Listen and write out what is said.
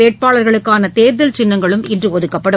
வேட்பாளர்களுக்கானதேர்தல் சின்னங்களும் இன்றுஒதுக்கப்படும்